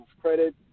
credit